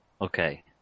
Okay